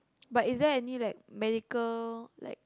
but is there any like medical like